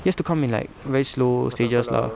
it has to come in like very slow stages lah